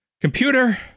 Computer